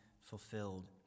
fulfilled